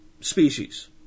species